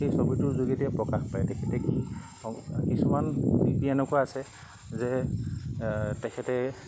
সেই ছবিটোৰ যোগেদিয়ে প্ৰকাশ পায় তেখেতে কি কিছুমান নীতি এনেকুৱা আছে যে তেখেতে